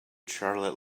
charlotte